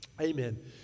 Amen